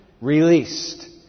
released